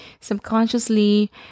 subconsciously